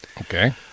Okay